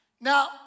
Now